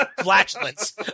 flatulence